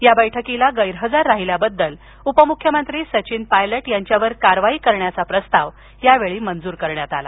या बैठकीला गैरहजर राहिल्याबद्दल उपमुख्यमंत्री सचिन पायलट यांच्यावर कारवाई करण्याचा प्रस्ताव यावेळी मंजूर करण्यात आला